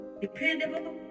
dependable